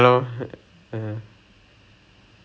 ya then then err